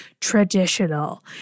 traditional